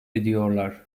ediyorlar